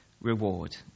reward